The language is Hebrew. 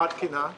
מה התקינה?